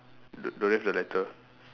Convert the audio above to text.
d~ don't have the letter